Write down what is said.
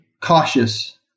cautious